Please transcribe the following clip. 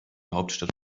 hauptstadt